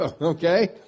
Okay